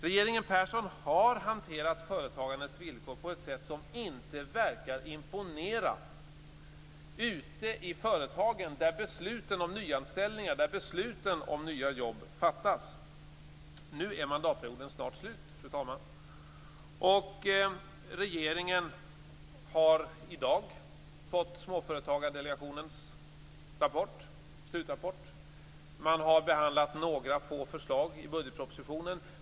Regeringen Persson har hanterat företagandets villkor på ett sätt som inte verkar imponera ute i företagen där besluten om nyanställningar och besluten om nya jobb fattas. Fru talman! Nu är mandatperioden snart slut. Regeringen har i dag fått Småföretagardelegationens slutrapport. Några få förslag har behandlats i budgetpropositionen.